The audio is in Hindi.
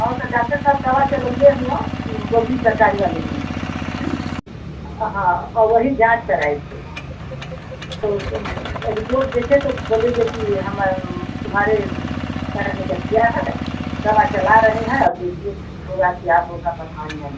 हं ऊ त डाक्टर साहब दवा चलउले हउअं बबुरी सरकारी वाले में हूं अ हं और वहीं जाँच कराए थे तो रिपोर्ट देखे तो बोले जे की हमें तुम्हारे पैर में गठिया है दवा चला रहे हैं और देखिए ठीक होगा क्या होगा भगवान जाने